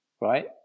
right